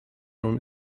from